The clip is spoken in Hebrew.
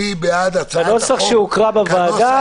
מי בעד הצעת החוק כנוסח שהוקרא בוועדה,